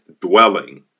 dwelling